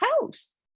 house